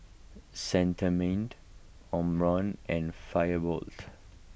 Cetrimide Omron and